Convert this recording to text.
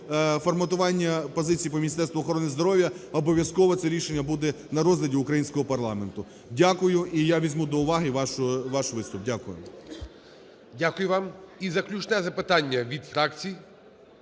форматування позиції по Міністерству охорони здоров'я обов'язково це рішення буде на розгляді українського парламенту. Дякую. І я візьму до уваги ваш виступ. Дякую. ГОЛОВУЮЧИЙ. Дякую вам. І заключне запитання від фракцій